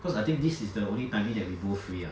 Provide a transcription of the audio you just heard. cause I think this is the only timing that we both free ah